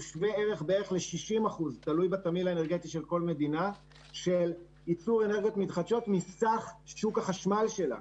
הוא שווה ערך בערך ל-60% של ייצור אנרגיות מתחדשות מסך שוק החשמל שלה.